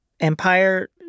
Empire